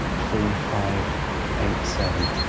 three five eight seven.